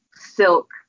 silk